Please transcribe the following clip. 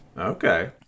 okay